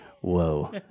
whoa